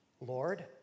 Lord